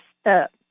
step